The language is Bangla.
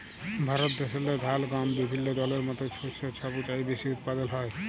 ভারত দ্যাশেল্লে ধাল, গহম বিভিল্য দলের মত শস্য ছব চাঁয়ে বেশি উৎপাদল হ্যয়